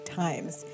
times